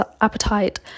appetite